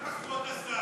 למה, כבוד השר,